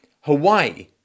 Hawaii